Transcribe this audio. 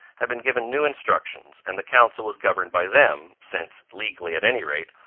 had been given new instructions, and the council was governed by them, since, legally at any rate,